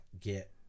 get